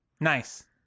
Nice